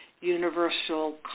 universal